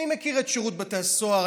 אני מכיר את שירות בתי הסוהר,